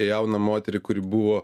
jauną moterį kuri buvo